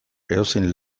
edozein